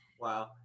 wow